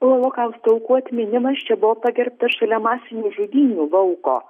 holokausto aukų atminimas čia buvo pagerbtas šalia masinių žudynių lauko